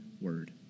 word